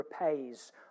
repays